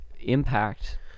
impact